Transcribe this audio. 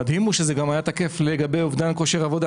המדהים הוא שזה גם היה תקף לגבי אובדן כושר עבודה